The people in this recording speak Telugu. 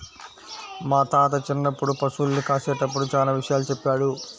మా తాత చిన్నప్పుడు పశుల్ని కాసేటప్పుడు చానా విషయాలు చెప్పాడు